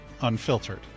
unfiltered